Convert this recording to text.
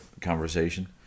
conversation